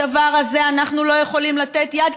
לדבר הזה אנחנו לא יכולים לתת יד,